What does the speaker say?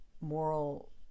moral